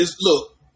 look